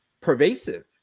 pervasive